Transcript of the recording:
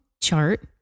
chart